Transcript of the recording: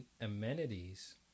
amenities